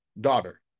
daughter